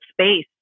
space